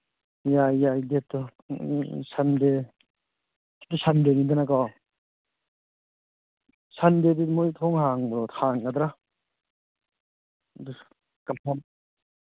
ꯌꯥꯏ ꯌꯥꯏ ꯗꯦꯠꯇꯣ ꯁꯟꯗꯦ ꯉꯁꯤ ꯁꯟꯗꯦꯅꯤꯗꯅꯀꯣ ꯁꯟꯗꯦꯗꯤ ꯃꯣꯏ ꯊꯣꯡ ꯍꯥꯡꯕ꯭ꯔꯣ ꯍꯥꯡꯒꯗ꯭ꯔꯥ ꯑꯗꯨꯁꯨ ꯀꯟꯐꯥꯝ